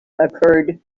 occured